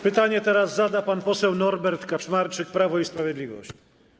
Pytanie zada pan poseł Norbert Kaczmarczyk, Prawo i Sprawiedliwość.